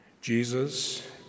Jesus